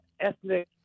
ethnic